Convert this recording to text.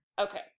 Okay